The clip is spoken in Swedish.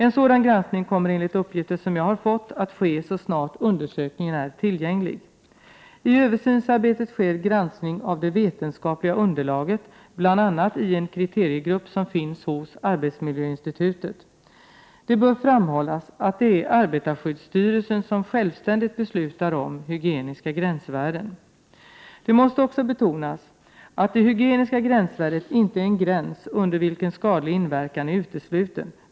En sådan granskning kommer enligt uppgifter som jag har fått att ske så snart undersökningen är tillgänglig. I översynsarbetet sker granskning av det vetenskapliga underlaget bl.a. i en kriteriegrupp som finns hos arbetsmiljöinstitutet. Det bör framhållas att det är arbetarskyddsstyrelsen som självständigt beslutar om hygieniska gränsvärden. Det måste också betonas att det hygieniska gränsvärdet inte är en gräns under vilken skadlig inverkan är utesluten.